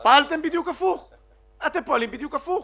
פה אתם פועלים בדיוק הפוך.